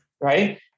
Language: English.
right